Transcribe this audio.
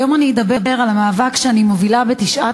היום אדבר על המאבק שאני מובילה בתשעת